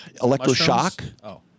electroshock